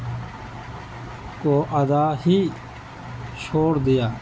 کو ادا ہی چھوڑ دیا